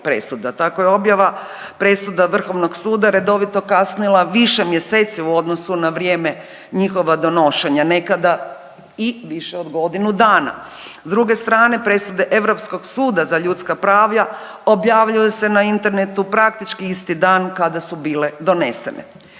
Tako je objava presuda Vrhovnog suda redovito kasnila više mjeseci u odnosu na vrijeme njihova donošenja, nekada i više od godinu dana. S druge strane presude Europskog suda za ljudska prava, objavljuju se na internetu praktički isti dan kada su bile donesene.